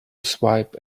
swipe